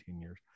years